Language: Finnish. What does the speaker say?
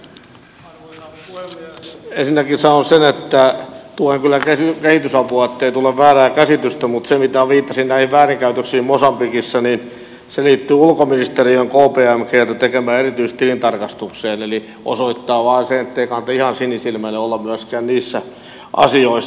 ensinnäkin sanon sen että tuen kyllä kehitysapua ettei tule väärää käsitystä mutta se mitä viittasin näihin väärinkäytöksiin mosambikissa liittyy ulkoministeriön kpmgllä tekemään erityistilintarkastukseen eli se osoittaa vain sen ettei kannata ihan sinisilmäinen olla myöskään niissä asioissa